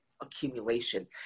accumulation